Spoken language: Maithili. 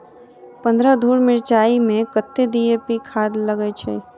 पन्द्रह धूर मिर्चाई मे कत्ते डी.ए.पी खाद लगय छै?